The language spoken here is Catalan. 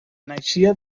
naixia